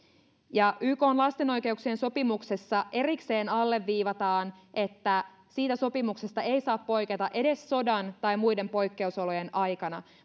ykn lasten oikeuksien sopimuksessa erikseen alleviivataan että siitä sopimuksesta ei saa poiketa edes sodan tai muiden poikkeusolojen aikana